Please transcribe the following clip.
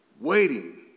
waiting